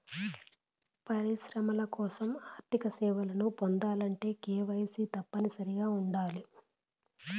పరిశ్రమల కోసం ఆర్థిక సేవలను పొందాలంటే కేవైసీ తప్పనిసరిగా ఉండాలి